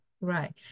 right